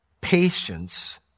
patience